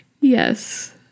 Yes